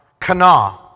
Kana